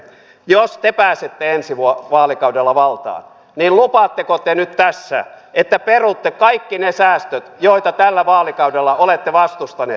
lupaatteko te nyt tässä että jos te pääsette ensi vaalikaudella valtaa ni lopahtteko te nyt valtaan niin perutte kaikki ne säästöt joita tällä vaalikaudella olette vastustaneet